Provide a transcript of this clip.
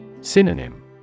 Synonym